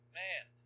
man